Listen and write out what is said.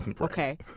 okay